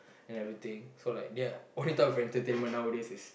and everything so like ya only type of entertainment nowadays is